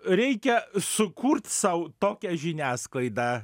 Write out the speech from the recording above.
reikia sukurt sau tokią žiniasklaidą